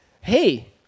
hey